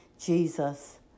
Jesus